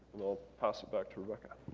i'll pass it back to rebecca.